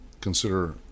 consider